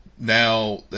now